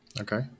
Okay